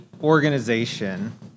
organization